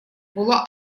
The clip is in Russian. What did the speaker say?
была